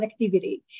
connectivity